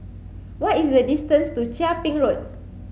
what is the distance to Chia Ping Road